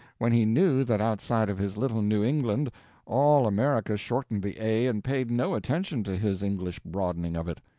when he knew that outside of his little new england all america shortened the a and paid no attention to his english broadening of it.